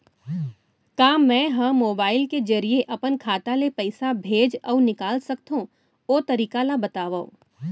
का मै ह मोबाइल के जरिए अपन खाता ले पइसा भेज अऊ निकाल सकथों, ओ तरीका ला बतावव?